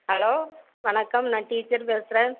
hello வணக்கம் நான் teacher பேசுகிறேன்